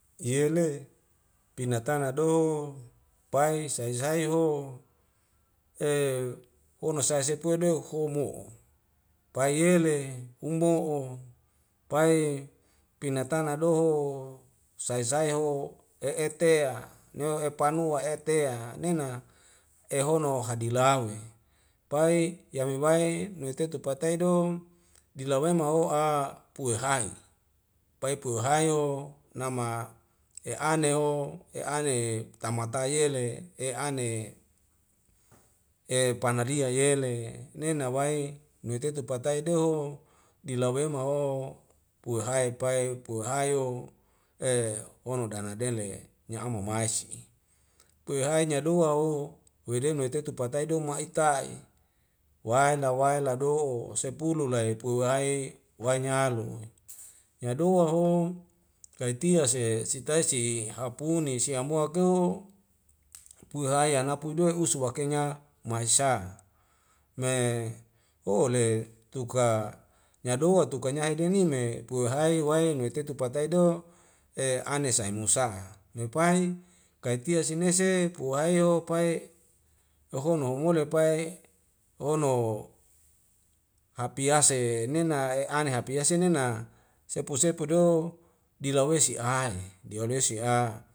Yele pina tana do pai sai sai ho e hono sae sepue deu' homo'o paiyele humo'o pai pinatana do ho sai saiho e'etea neu epanue'e tea nena ehono hadilau i pai yami wai nuwetetu patai do dila wema o a pue hae pai pue hai ho nama e'ane o e'ane tamata yele e'ane e pana lia yele nena wai nuwe tetu patai deho dila wema ho puhai pai puhayo e hono danadenle nyiamo mai si puehai nyadoa o wedei nuwetetu patai do maita'i waila waila lado'o sepulu lae pewae wae nyalu'i nyadoa ho kaitia sihe sitai si hapuni si amoak keuo puhaya na apue duwe usu wakenya mai'sa me hole tuka nyadoa tuka nyahede ni me pue hae wae nuwetetu patai do e anes aimusa'a me pai kaitia sinese puwayo pai hohono humule pai hono hapiase nena e ane hapiase nena sepu sepu do dila wesi ahae e diwalaesi a